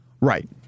Right